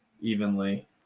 evenly